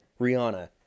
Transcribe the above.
Rihanna